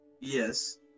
Yes